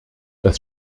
das